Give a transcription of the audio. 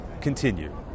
continue